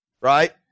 right